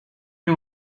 nie